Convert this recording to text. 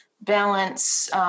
balance